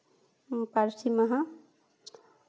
ᱯᱟᱹᱨᱥᱤ ᱢᱟᱦᱟ